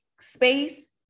space